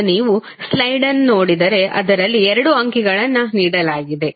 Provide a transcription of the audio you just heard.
ಈಗ ನೀವು ಸ್ಲೈಡ್ನ್ನು ನೋಡಿದರೆ ಅದರಲ್ಲಿ ಎರಡು ಅಂಕಿಗಳನ್ನು ನೀಡಲಾಗಿದೆ